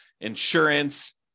insurance